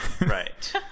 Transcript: right